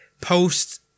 post-